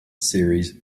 series